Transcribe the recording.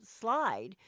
slide